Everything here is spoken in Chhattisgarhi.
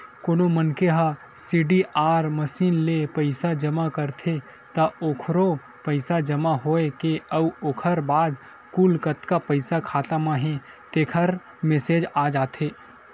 कोनो मनखे ह सीडीआर मसीन ले पइसा जमा करथे त ओखरो पइसा जमा होए के अउ ओखर बाद कुल कतका पइसा खाता म हे तेखर मेसेज आ जाथे